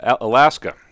Alaska